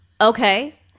Okay